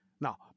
Now